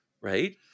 right